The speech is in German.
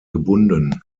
gebunden